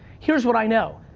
here's what i know.